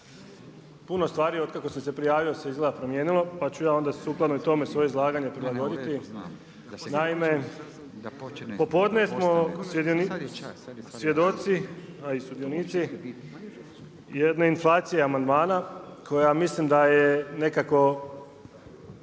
Puno stvari od kako sam se prijavio se izgleda promijenilo, pa ću ja onda i sukladno tome, svoje izlaganje prilagoditi, naime, popodne smo svjedoci a i sudionici jedne inflacije amandmana, koja mislim da je nekako